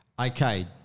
Okay